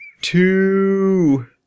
two